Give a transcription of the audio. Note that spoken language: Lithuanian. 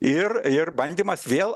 ir ir bandymas vėl